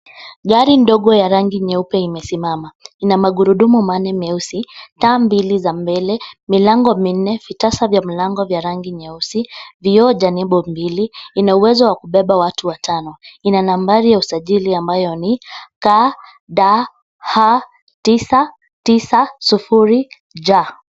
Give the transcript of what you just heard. Gari ndogo ya rangi nyeupe imesimama. Ina magurudumu manne meusi, taa mbili za mbele, milango minne, vitasa vya mlango vya rangi nyeusi, vioo janibo mbili, ina uwezo wa kubeba watu watano, ina nambari ya usajili ambayo ni KDH 990J.